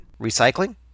Recycling